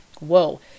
whoa